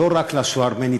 לא רק לשואה הארמנית,